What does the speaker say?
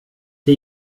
det